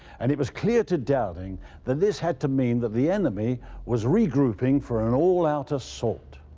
and it was clear to dowding that this had to mean that the enemy was regrouping for an all-out assault.